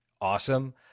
awesome